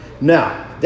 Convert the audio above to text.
Now